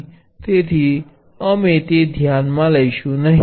તેથી અમે તે ધ્યાનમાં લઈશું નહીં